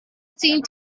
seemed